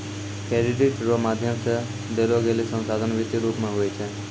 credit रो माध्यम से देलोगेलो संसाधन वित्तीय रूप मे हुवै छै